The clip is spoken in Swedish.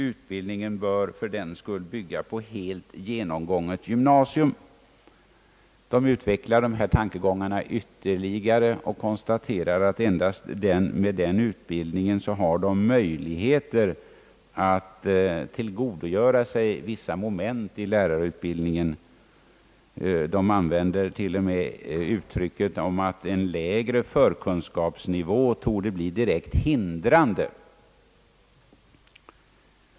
Utbildningen bör fördenskull bygga på helt genomgånget gymnasium.» Lärarutbildningssakkunniga utvecklar dessa tankegångar ytterligare och konstaterar att lärarna endast med den utbildningen har möjlighet att tillgodogöra sig vissa moment i lärarutbildningen. De sakkunniga uttrycker sig till och med så, att »en lägre förkunskapsnivå torde bli direkt hindrande».